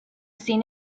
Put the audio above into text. seen